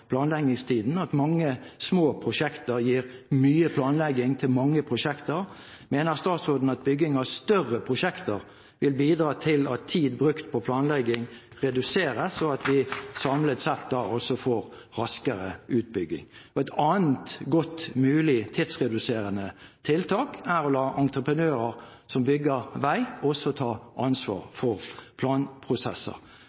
planleggingstiden – at mange små prosjekter gir mye planlegging. Mener statsråden at bygging av større prosjekter vil bidra til at tid brukt på planlegging reduseres, og at man da samlet sett også får raskere utbygging? Et annet mulig tidsreduserende tiltak er å la entreprenører som bygger vei, også ta